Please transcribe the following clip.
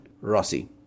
rossi